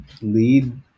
lead